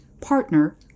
partner